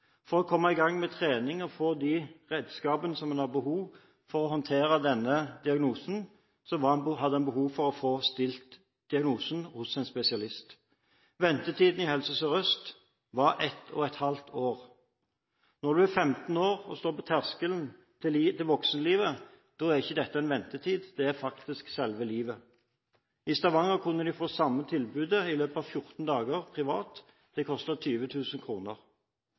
For å komme i gang med trening og få de redskapene han hadde behov for – for å håndtere denne diagnosen – måtte han få stilt diagnosen hos en spesialist. Ventetiden i Helse Sør-Øst var et og et halvt år. Når du er femten år og står på terskelen til voksenlivet, er ikke dette en ventetid – det er faktisk selve livet. I Stavanger kunne de få samme tilbudet i løpet av 14 dager – privat. Det